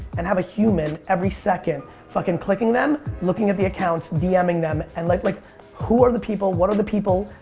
and have a human every second fucking clicking them looking at the accounts, dming them and like like who are the people, what are the people,